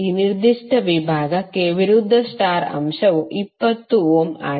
ಈ ನಿರ್ದಿಷ್ಟ ವಿಭಾಗಕ್ಕೆ ವಿರುದ್ಧ ಸ್ಟಾರ್ ಅಂಶವು 20 ಓಮ್ ಆಗಿದೆ